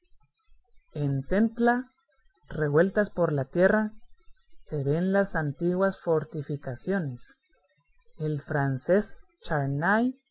en centla revueltas por la tierra se ven las antiguas fortificaciones el francés charnay